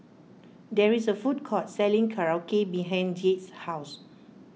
there is a food court selling Korokke behind Jade's house